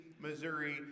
Missouri